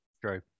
True